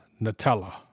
Nutella